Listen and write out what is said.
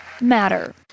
matter